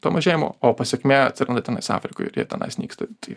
to mažėjimo o pasekmė atsiranda tenais afrikoj ir jie tenais nyksta tai